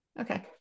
okay